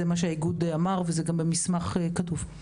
זה מה שהאיגוד אמר ויש את זה במסמך כתוב.